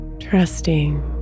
Trusting